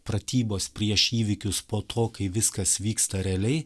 pratybos prieš įvykius po to kai viskas vyksta realiai